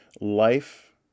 Life